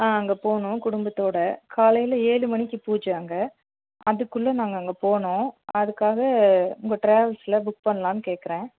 ஆ அங்கே போகணும் குடும்பத்தோடு காலையில் ஏழு மணிக்கு பூஜை அங்கே அதுக்குள்ள நாங்கள் அங்கே போகணும் அதுக்காக உங்கள் ட்ராவல்ஸில் புக் பண்ணலாம்னு கேட்குறேன்